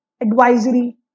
advisory